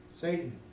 Satan